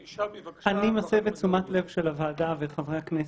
אני מסב את תשומת לב הוועדה וחברי הכנסת.